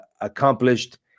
accomplished